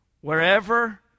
Wherever